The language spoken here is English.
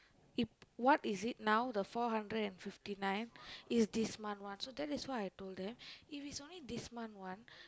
it what is it now the four hundred fifty nine is this month one so that is why I told them if it's only this month one